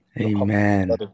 amen